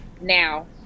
Now